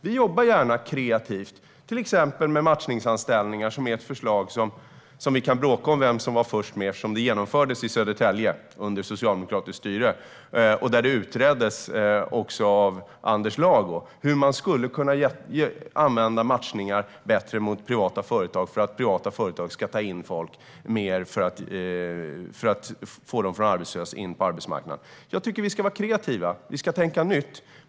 Vi jobbar gärna kreativt, till exempel med matchningsanställningar, som är ett förslag som vi kan bråka om vem som var först med, eftersom det genomfördes i Södertälje under socialdemokratiskt styre och utreddes av Anders Lago. Det handlar om hur man skulle kunna använda matchningar bättre mot privata företag för att privata företag ska ta in mer folk från arbetslöshet in på arbetsmarknaden. Jag tycker att vi ska vara kreativa. Vi ska tänka nytt.